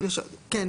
כן,